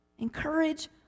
Encourage